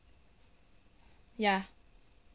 ya